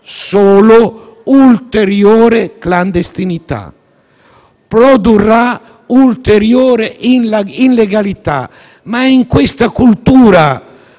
solo ulteriore clandestinità, produrrà ulteriore illegalità. È in questa cultura